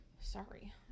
sorry